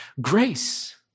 grace